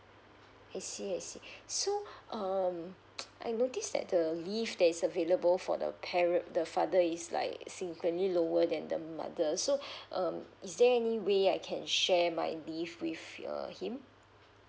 I see I see so um I notice that the leave that is available for the paren~ the father is like significantly lower than the mother so um is there any way I can share my leave with err him